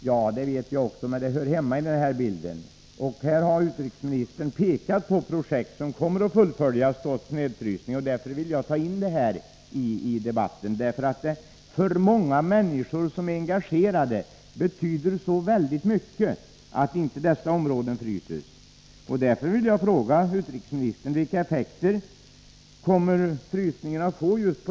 Ja, det vet jag också, men det hör till den här bilden. Utrikesministern har ju pekat på projekt som kommer att fullföljas trots frysningen, och därför vill jag föra in detta i debatten. För många människor som är engagerade betyder det så mycket att inte dessa områden drabbas av frysningen.